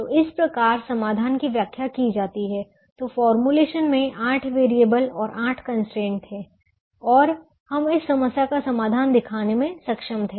तो इस प्रकार समाधान की व्याख्या की जाती है तो फॉर्मूलेशन मे आठ वेरिएबल और आठ कंस्ट्रेंट थे और हम इस समस्या का समाधान दिखाने में सक्षम थे